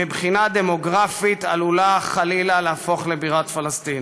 מבחינה דמוגרפית היא עלולה חלילה להפוך לבירת פלסטין.